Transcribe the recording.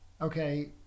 okay